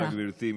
תודה, גברתי.